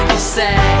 said